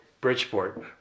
Bridgeport